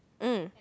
mm